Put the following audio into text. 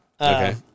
Okay